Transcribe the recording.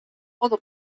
other